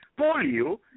polio